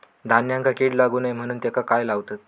धान्यांका कीड लागू नये म्हणून त्याका काय लावतत?